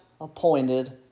appointed